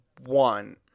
one